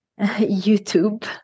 youtube